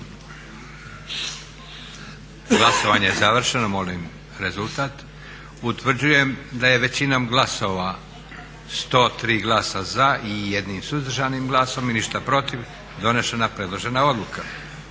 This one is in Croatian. Glasovanje je završeno. Molim rezultat. Utvrđujem da je većinom glasova, 103 glasa za i 1 suzdržanim glasom i ništa protiv donesena predložena odluka.